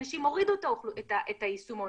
אנשים הורידו את היישומון,